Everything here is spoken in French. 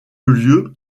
lieu